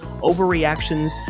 overreactions